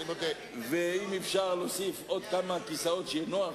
נא לאפשר לחבר הכנסת גדעון עזרא לשאת דברו.